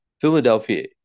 Philadelphia